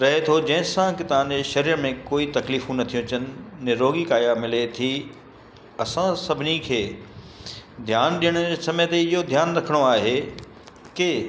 रहे थो जंहिं सां कि तव्हांजे सरीर में कोई तकलीफ़ूं नथी अचनि निरोगी काया मिले थी असां सभिनी खे ध्यानु ॾियण जे समय ते इहो ध्यानु रखिणो आहे कि